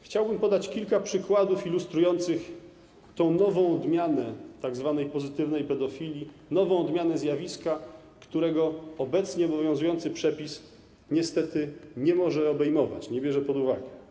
Chciałbym podać kilka przykładów ilustrujących tę nową odmianę tzw. pozytywnej pedofilii, nową odmianę zjawiska, którego obecnie obowiązujący przepis niestety nie może obejmować, nie bierze pod uwagę.